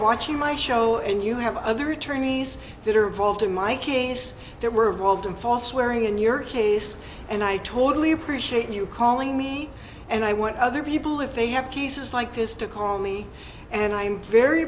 watching my show and you have other attorneys that are involved in my case there were rolled in false wearing in your case and i totally appreciate you calling me and i want other people if they have cases like this to call me and i am very